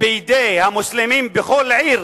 בידי המוסלמים בכל עיר